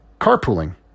carpooling